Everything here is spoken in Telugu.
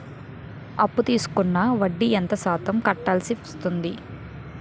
అప్పు తీసుకున్నాక వడ్డీ ఎంత శాతం కట్టవల్సి వస్తుంది?